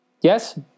Yes